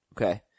Okay